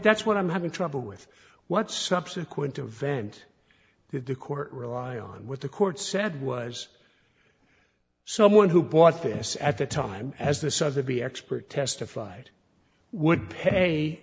that's what i'm having trouble with what subsequent event if the court rely on what the court said was someone who bought this at the time as the sun to be expert testified would pay